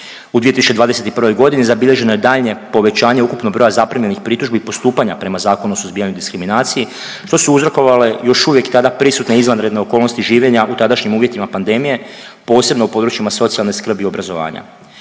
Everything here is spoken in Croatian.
U 2021. g. zabilježeno je daljnje povećanje ukupnog broja zaprimljenih pritužbi postupanja prema Zakonu o suzbijanju diskriminacije, što su uzrokovale još uvijek tada prisutne izvanredne okolnosti življenja u tadašnjim uvjetima pandemije, posebno u područjima socijalne skrbi i obrazovanja.